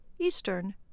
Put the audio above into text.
Eastern